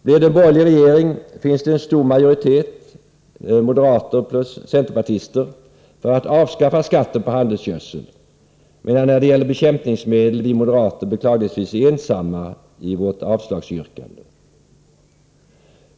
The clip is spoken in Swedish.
Blir det en borgerlig regering finns det en stor majoritet, bestående av moderater och centerpartister, för att avskaffa skatten på handelsgödsel, medan när det gäller bekämpningsmedel vi moderater beklagligtvis är ensamma om ett avslagsyrkande.